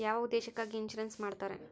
ಯಾವ ಉದ್ದೇಶಕ್ಕಾಗಿ ಇನ್ಸುರೆನ್ಸ್ ಮಾಡ್ತಾರೆ?